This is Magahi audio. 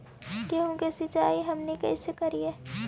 गेहूं के सिंचाई हमनि कैसे कारियय?